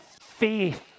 faith